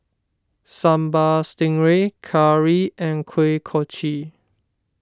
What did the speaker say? Sambal Stingray Curry and Kuih Kochi